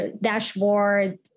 dashboard